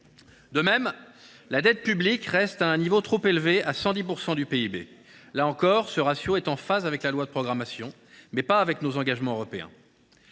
De même, la dette publique reste à un niveau trop élevé, à 110 % du PIB. Là encore, ce ratio est en phase avec la loi de programmation, mais non avec nos engagements européens.